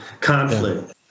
Conflict